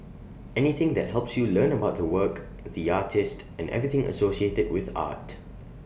anything that helps you learn about the work the artist and everything associated with art